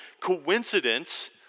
coincidence